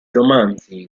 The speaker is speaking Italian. romanzi